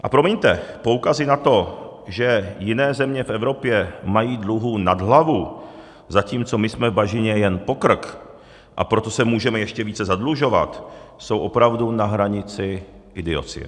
A promiňte, poukazy na to, že jiné země v Evropě mají dluhů nad hlavu, zatímco my jsme v bažině jen po krk, a proto se můžeme ještě více zadlužovat, jsou opravdu na hranici idiocie.